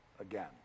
again